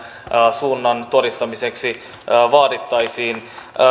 suunnan todistamiseksi vaadittaisiin